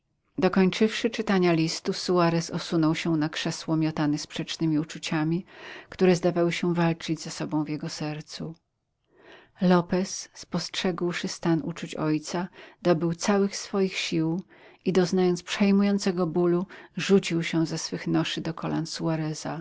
moro dokończywszy czytania listu suarez osunął się na krzesło miotany sprzecznymi uczuciami które zdawały się walczyć ze sobą w jego sercu lopez spostrzegłszy stan uczuć ojca dobył całych swych sił i doznając przejmującego bólu rzucił się ze swych noszy do kolan